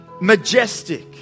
majestic